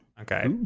okay